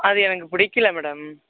அது எனக்கு பிடிக்கல மேடம்